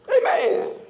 Amen